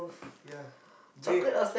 ya bread